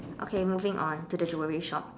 okay moving on to the jewelry shop